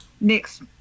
next